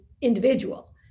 individual